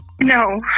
No